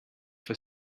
for